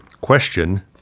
Question